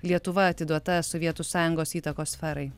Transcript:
lietuva atiduota sovietų sąjungos įtakos sferai